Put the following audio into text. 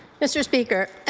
mr. speaker,